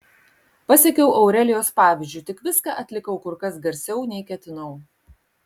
pasekiau aurelijos pavyzdžiu tik viską atlikau kur kas garsiau nei ketinau